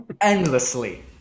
Endlessly